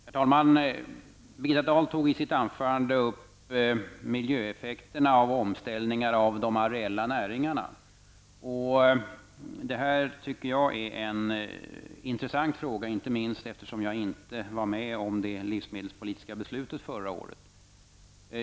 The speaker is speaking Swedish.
Herr talman! Birgitta Dahl tog i sitt anförande upp frågan om miljöeffekterna vid omställningar av de areella näringarna. Jag tycker att det är en intressant fråga, särskilt som jag själv inte var med i arbetet på det livsmedelspolitiska beslutet förra året.